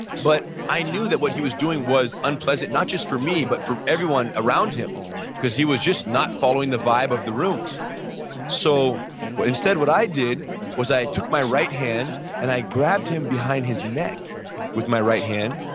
but i knew that what he was doing was unpleasant, not just for me but for everyone around him because he was just not following the vibe of the room so instead what i did was i took my right hand and i grabbed him behind his neck with my right hand.